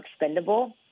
expendable